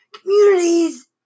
Communities